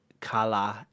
color